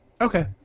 Okay